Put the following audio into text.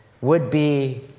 would-be